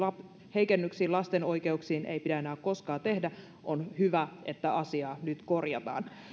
heikennyksiä lasten oikeuksiin ei pidä enää koskaan tehdä on hyvä että asiaa nyt korjataan